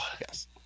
Yes